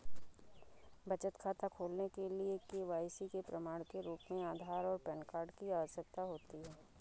बचत खाता खोलने के लिए के.वाई.सी के प्रमाण के रूप में आधार और पैन कार्ड की आवश्यकता होती है